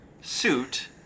suit